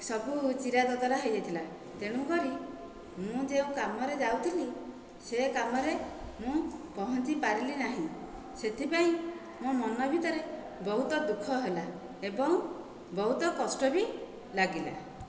ସବୁ ଚିରା ଦଦରା ହୋଇଯାଇଥିଲା ତେଣୁକରି ମୁଁ ଯେଉଁ କାମରେ ଯାଉଥିଲି ସେ କାମରେ ମୁଁ ପହଞ୍ଚିପାରିଲି ନାହିଁ ସେଥିପାଇଁ ମୋ ମନ ଭିତରେ ବହୁତ ଦୁଃଖ ହେଲା ଏବଂ ବହୁତ କଷ୍ଟ ବି ଲାଗିଲା